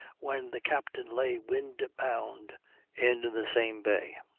when the captain lay wind-bound in the same bay.